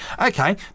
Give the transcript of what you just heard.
okay